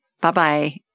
bye-bye